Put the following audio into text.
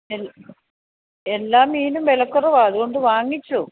ശരി എല്ലാ മീനും വില കുറവാണ് അത് കൊണ്ട് വാങ്ങിച്ചോ